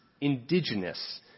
indigenous